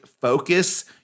focus